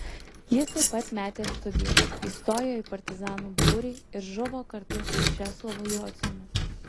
jis taip pat metė studijas įstojo į partizanų būrį ir žuvo kartu su česlovu jociumi